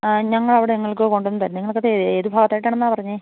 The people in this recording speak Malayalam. ആ ഞങ്ങൾ ഇവിടെ നിങ്ങൾക്ക് കൊണ്ടുവന്ന് തരും നിങ്ങൾക്കത് ഏത് ഭാഗത്തായിട്ടാണെന്നാണ് പറഞ്ഞത്